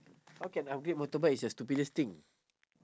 how can upgrade motorbike is your stupidest thing